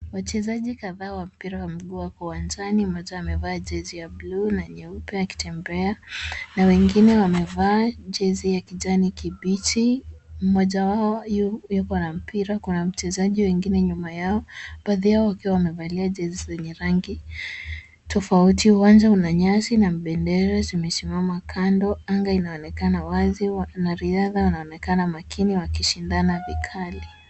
Wachezaji kadhaa wa mpira wa mguu wako uwanjani, mmoja amevaa jezi ya bluu na nyeupe akitembea na wengine wamevaa jezi ya kijani kibichi. Mmoja wao yuko na mpira, kuna wachezaji wengine nyuma yao, baadhi yao wakiwa wamevalia jezi zenye rangi tofauti. Uwanja una nyasi na bendera zimesimama kando. Anga inaonekana wazi, wanariadha wanaonekana makini wakishindana vikali.